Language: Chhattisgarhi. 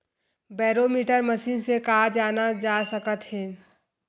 बैरोमीटर मशीन से का जाना जा सकत हे?